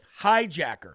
Hijacker